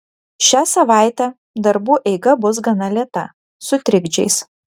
šią savaitę darbų eiga bus gana lėta su trikdžiais